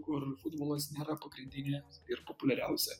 kur futbolas nėra pagrindinė ir populiariausia